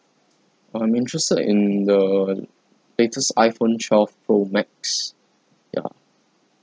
I'm interested in the latest iphone twelve pro max ya